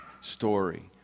story